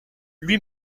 lui